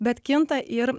bet kinta ir